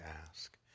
ask